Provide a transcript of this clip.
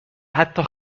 حتی